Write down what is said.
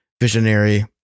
visionary